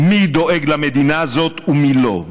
מי דואג למדינה הזאת ומי לא.